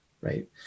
right